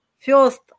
First